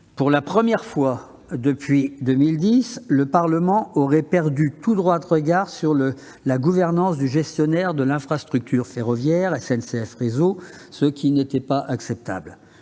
Pour la première fois depuis 2010, le Parlement aurait perdu tout droit de regard sur la gouvernance du gestionnaire de l'infrastructure ferroviaire, SNCF Réseau, ce qui n'était pas acceptable.